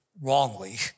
Wrongly